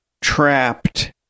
trapped